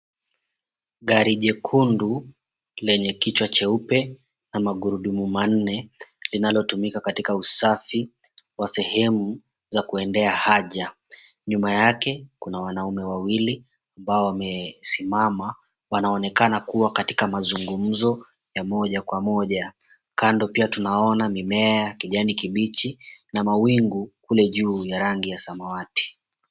Gari jekundu lenye kichwa cheupe, na magurudumu manne, linalotumika katika usafi wa sehemu za kuendea haja. Nyuma yake kuna wanaume wawili ambao wamesimama, wanaonekana kuwa katika mazungumzo ya moja kwa moja. Kando pia tunaona mimea kijani kibichi na mawingu kule juu, ya rangi ya samawati.